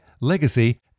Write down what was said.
Legacy